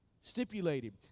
stipulated